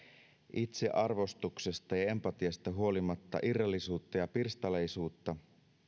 itsearvostuksesta ja empatiasta huolimatta irrallisuutta ja pirstaleisuutta